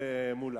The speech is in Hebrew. חבר הכנסת מולה.